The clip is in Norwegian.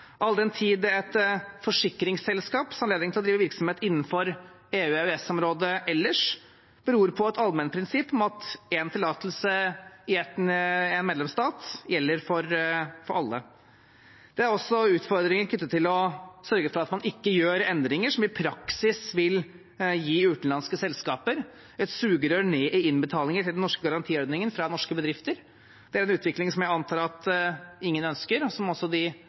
all den tid et forsikringsselskaps anledning til å drive virksomhet innenfor EU/EØS-området ellers beror på et allmennprinsipp om at en tillatelse i én medlemsstat gjelder for alle. Det er også utfordringer knyttet til å sørge for at man ikke gjør endringer som i praksis vil gi utenlandske selskaper et sugerør ned i innbetalinger til den norske garantiordningen fra norske bedrifter. Det er en utvikling som jeg antar at ingen ønsker, og som også de